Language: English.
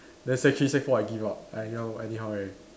then sec three sec four I give up I anyhow anyhow already